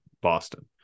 Boston